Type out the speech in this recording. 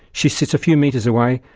she sits a few metres away,